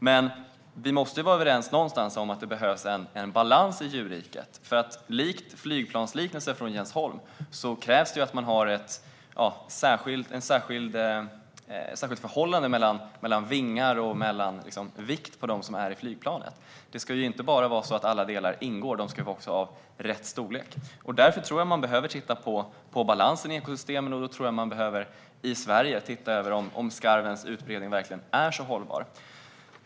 Men vi måste någonstans vara överens om att det behövs en balans i djurriket, liksom det i flygplansliknelsen från Jens Holm krävs ett särskilt förhållande mellan vingar och vikt på dem som är i flygplanet. Det är inte bara så att alla delar ska ingå, utan de ska också vara av rätt storlek. Därför tror jag att vi behöver titta på balansen i ekosystemen och se över om skarvens utbredning i Sverige verkligen är så hållbar.